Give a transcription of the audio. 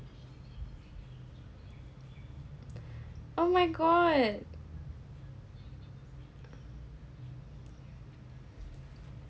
oh my god